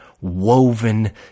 woven